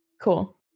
Cool